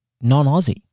non-Aussie